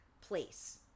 place